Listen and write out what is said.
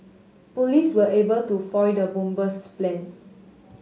police were able to foil the bomber's plans